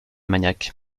maniaque